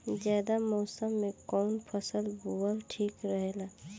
जायद मौसम में कउन फसल बोअल ठीक रहेला?